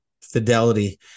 fidelity